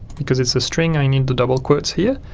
because it's a string, i need the double quotes here.